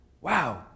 Wow